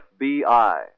FBI